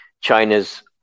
China's